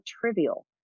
trivial